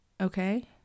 Okay